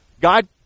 God